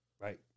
right